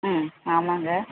ம் ஆமாங்க